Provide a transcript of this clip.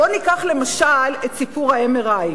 בוא ניקח, למשל, את סיפור ה-MRI.